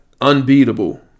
unbeatable